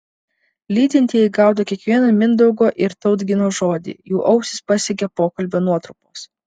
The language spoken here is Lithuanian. lydintieji gaudo kiekvieną mindaugo ir tautgino žodį jų ausis pasiekia pokalbio nuotrupos